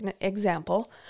example